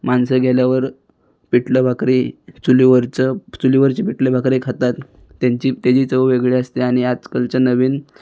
माणसं गेल्यावर पिठलं भाकरी चुलीवरचं चुलीवरची पिठलं भाकरी खातात त्यांची त्याची चव वेगळी असते आणि आजकालच्या नवीन